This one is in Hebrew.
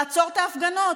לעצור את הפגנות.